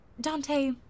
Dante